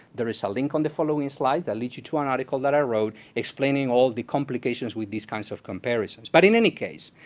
there is a ah link on the following slide that leads you to an article that i wrote explaining all of the complications with these kinds of comparisons. but in any case,